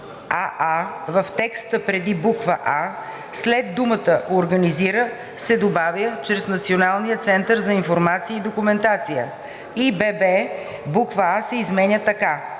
аа) в текста преди буква „а“ след думата „организира“ се добавя „чрез Националния център за информация и документация“; бб) буква „а“ се изменя така: